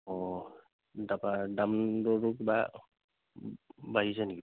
অঁ তাৰপৰা দাম দৰটো কিবা বাঢ়িছে নেকি